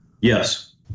Yes